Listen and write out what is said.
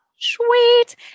sweet